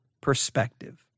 perspective